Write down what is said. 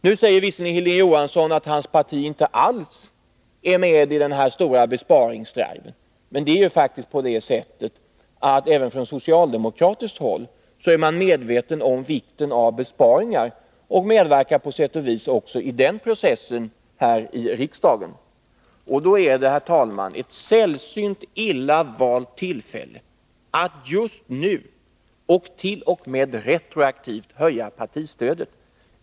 Nu säger visserligen Hilding Johansson att hans parti inte alls är med i den stora besparingsdriven, men man är faktiskt även på socialdemokratiskt håll medveten om vikten av besparingar och medverkar på sätt och vis i den processen här i riksdagen. Med tanke på det är det, herr talman, ett sällsynt illa valt tillfälle att —t.o.m. retroaktivt — just nu höja partistödet.